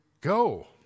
go